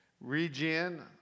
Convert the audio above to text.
Regen